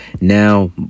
Now